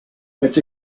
with